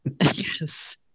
Yes